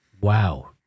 Wow